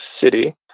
city